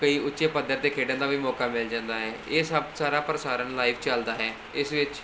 ਕਈ ਉੱਚੇ ਪੱਧਰ 'ਤੇ ਖੇਡਣ ਦਾ ਵੀ ਮੌਕਾ ਮਿਲ ਜਾਂਦਾ ਹੈ ਇਹ ਸਭ ਸਾਰਾ ਪ੍ਰਸਾਰਨ ਲਾਈਵ ਚੱਲਦਾ ਹੈ ਇਸ ਵਿੱਚ